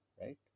right